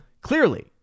clearly